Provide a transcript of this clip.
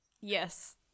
Yes